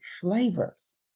flavors